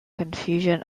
confusion